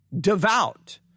devout